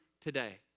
today